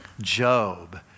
Job